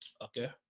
Okay